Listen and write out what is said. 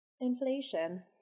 Inflation